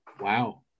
Wow